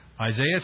Isaiah